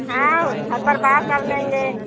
how घर पे बात कर लेंगे